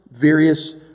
various